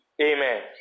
Amen